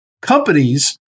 companies